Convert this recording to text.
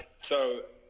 so